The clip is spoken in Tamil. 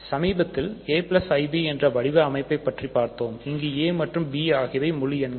சமீபத்தில் aib என்ற வடிவ அமைப்பை பற்றி பார்த்தோம் இங்கு a மற்றும் b ஆகியவை முழு எண்கள்